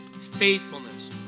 faithfulness